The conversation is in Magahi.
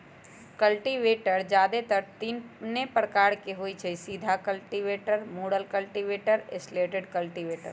कल्टीवेटर जादेतर तीने प्रकार के होई छई, सीधा कल्टिवेटर, मुरल कल्टिवेटर, स्लैटेड कल्टिवेटर